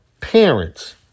parents